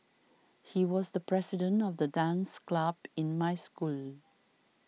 he was the president of the dance club in my school